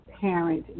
parent